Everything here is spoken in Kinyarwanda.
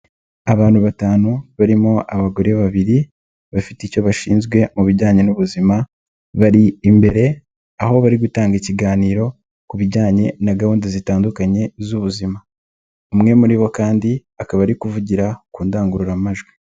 Abantu batanu, barimo abagore babiri, bafite icyo bashinzwe mu bijyanye n'ubuzima, bari imbere, aho bari gutanga ikiganiro ku bijyanye na gahunda zitandukanye z'ubuzima, umwe muri bo kandi akaba ari kuvugira ku ndangururamajwi.